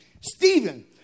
Stephen